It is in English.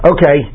Okay